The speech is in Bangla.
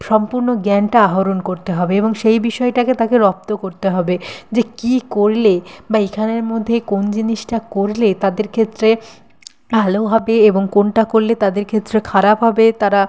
সম্পূর্ণ জ্ঞানটা আহরণ করতে হবে এবং সেই বিষয়টাকে তাকে রপ্ত করতে হবে যে কী করলে বা এখানের মধ্যে কোন জিনিসটা করলে তাদের ক্ষেত্রে ভালো হবে এবং কোনটা করলে তাদের ক্ষেত্রে খারাপ হবে তারা